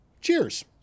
Cheers